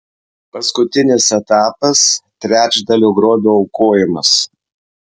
paskutinis etapas trečdalio grobio aukojimas